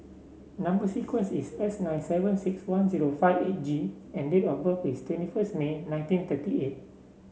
number sequence is S nine seven six one zero five eight G and date of birth is twenty first nine nineteen thirty eight